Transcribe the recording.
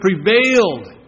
prevailed